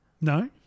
No